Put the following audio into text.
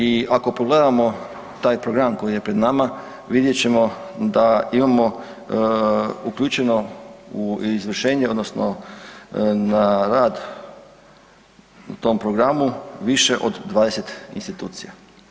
I ako pogledamo taj program koji je pred nama, vidjet ćemo da imamo uključeno u izvršenje odnosno na rad u tom programu više od 20 institucija.